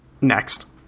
Next